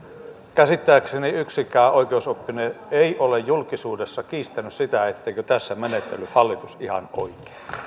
käsittääkseni yksikään oikeusoppinut ei ole julkisuudessa kiistänyt sitä etteikö tässä hallitus menetellyt ihan oikein